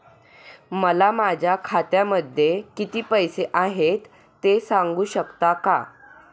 मला माझ्या खात्यामध्ये किती पैसे आहेत ते सांगू शकता का?